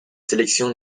sélection